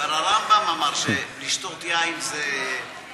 כבר הרמב"ם אמר שלשתות יין זה בריא.